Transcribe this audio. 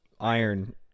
iron